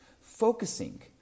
focusing